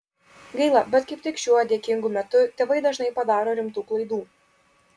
gaila bet kaip tik šiuo dėkingu metu tėvai dažnai padaro rimtų klaidų